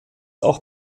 auch